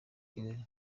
kigali